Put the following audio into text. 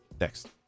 Next